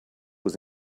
was